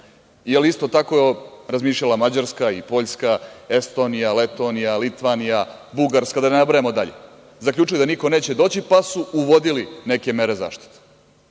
Jel isto tako razmišljala Mađarska i Poljska, Estonija, Letonija, Litvanija, Bugarska, da ne nabrajamo dalje, zaključile da niko neće doći, pa su uvodili neke mere zaštite?